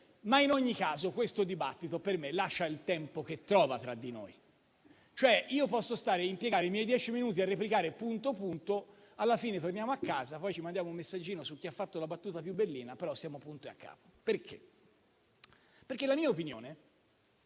Ma, in ogni caso, questo dibattito tra di noi per me lascia il tempo che trova. Potrei impiegare i miei dieci minuti a replicare punto punto; alla fine torniamo a casa e ci mandiamo un messaggino su chi ha fatto la battuta più bellina, però siamo punto e a capo. Perché? Perché la mia opinione,